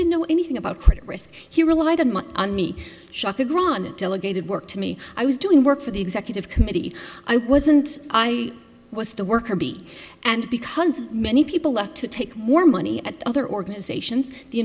didn't know anything about credit risk he relied on much on me shaka granted delegated work to me i was doing work for the executive committee i wasn't i was the worker bee and because many people left to take more money at other organizations the